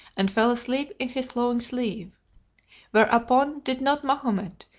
and fell asleep in his flowing sleeve whereupon did not mahomet,